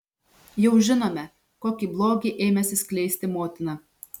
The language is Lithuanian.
jau žinome kokį blogį ėmėsi skleisti motina